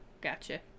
gotcha